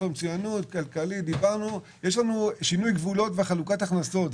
יש שינוי גבולות בחלוקת ההכנסות,